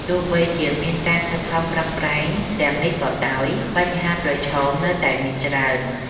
ទោះបីជាមានការខិតខំប្រឹងប្រែងទាំងនេះក៏ដោយ បញ្ហាប្រឈមនៅតែមានច្រើន។